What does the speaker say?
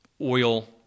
oil